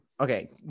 Okay